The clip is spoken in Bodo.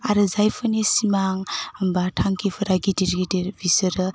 आरो जायफोरनि सिमां होमबा थांखिफोरा गिदिर गिदिर बिसोरो